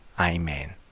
amen